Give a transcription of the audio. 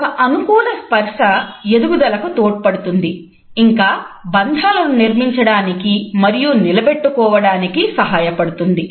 ఒక అనుకూల స్పర్శ ఎదుగుదలకు తోడ్పడుతుంది ఇంకా బంధాలను నిర్మించడానికి మరియు నిలబెట్టుకోవడానికి సహాయపడుతుంది